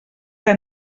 que